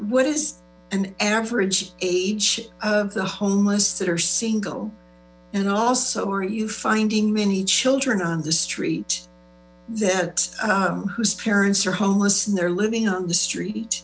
what is an average age of the homeless that are single and also are you finding many children on the street that whose parents are homeless and they're living on the street